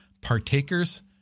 partakers